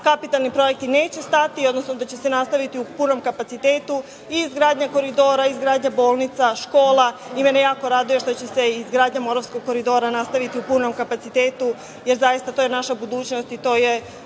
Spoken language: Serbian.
kapitalni proizvodi neće stati, odnosno da će se nastaviti u punom kapacitetu i izgradnja koridora i izgradnja bolnica, škola i mene jako raduje što će se i izgradnja Moravskog koridora nastaviti u punom kapacitetu jer je to naša budućnosti i to je